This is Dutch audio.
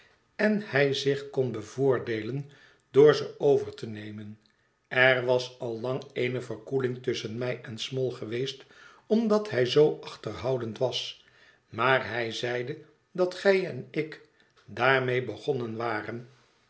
en hij zich kon bevoordeelen door ze over te nemen er was al lang eene verkoeling tusschen mij en small geweest omdat hij zoo achterhoudend was maar hij zeide dat gij en ik daarmede begonnen waren